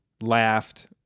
laughed